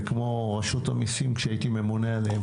כמו רשות המיסים כשהייתי ממונה עליהם